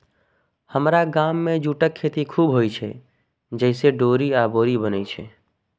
हमरा गाम मे जूटक खेती खूब होइ छै, जइसे डोरी आ बोरी बनै छै